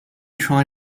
try